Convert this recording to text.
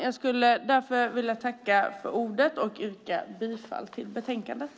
Jag yrkar bifall till utskottets förslag i betänkandet.